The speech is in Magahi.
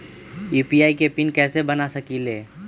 यू.पी.आई के पिन कैसे बना सकीले?